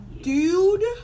dude